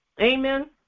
Amen